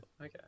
Okay